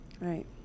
Right